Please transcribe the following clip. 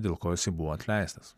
dėl ko jisai buvo atleistas